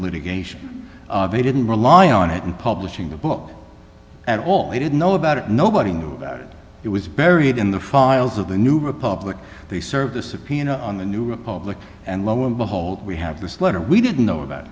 litigation they didn't rely on it and publishing the book at all they didn't know about it nobody knew about it it was buried in the files of the new republic they served a subpoena on the new republic and lo and behold we have this letter we didn't know